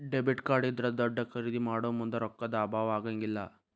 debit card ಇದ್ರಾ ದೊಡ್ದ ಖರಿದೇ ಮಾಡೊಮುಂದ್ ರೊಕ್ಕಾ ದ್ ಅಭಾವಾ ಆಗಂಗಿಲ್ಲ್